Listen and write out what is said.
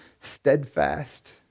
steadfast